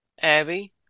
Abby